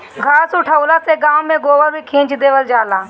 घास उठौना से गाँव में गोबर भी खींच देवल जाला